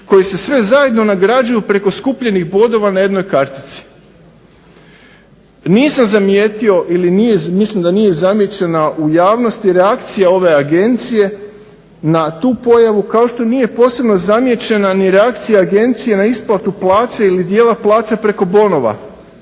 koji se sve zajedno nagrađuju preko skupljenih bodova na jednoj kartici. Nisam zamijetio ili mislim da nije zamijećena u javnosti reakcija ove agencije na tu pojavu kao što nije posebno zamijećena ni reakcija agencije na isplatu plaće ili dijela plaće preko bonova,